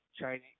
Chinese